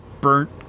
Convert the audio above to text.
burnt